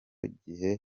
gihe